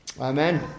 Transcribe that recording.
Amen